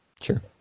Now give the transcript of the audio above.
Sure